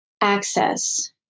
access